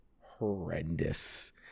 horrendous